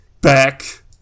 back